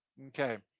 okay,